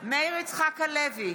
מאיר יצחק הלוי,